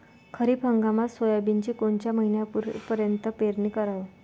खरीप हंगामात सोयाबीनची कोनच्या महिन्यापर्यंत पेरनी कराव?